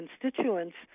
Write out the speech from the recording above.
constituents